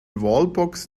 wallbox